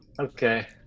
Okay